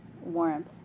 warmth